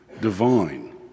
divine